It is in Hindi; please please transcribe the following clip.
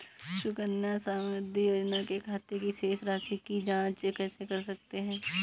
सुकन्या समृद्धि योजना के खाते की शेष राशि की जाँच कैसे कर सकते हैं?